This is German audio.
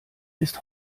ist